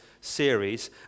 series